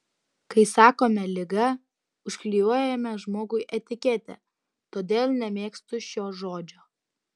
kai sakome liga užklijuojame žmogui etiketę todėl nemėgstu šio žodžio